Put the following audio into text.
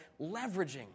leveraging